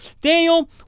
Daniel